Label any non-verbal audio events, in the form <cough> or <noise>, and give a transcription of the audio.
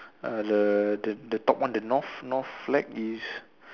err the the the top one the north <noise> north flag is